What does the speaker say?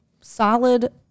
solid